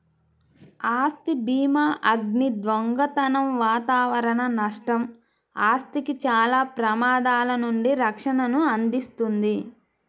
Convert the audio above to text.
ఆస్తి భీమాఅగ్ని, దొంగతనం వాతావరణ నష్టం, ఆస్తికి చాలా ప్రమాదాల నుండి రక్షణను అందిస్తుంది